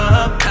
up